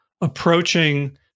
approaching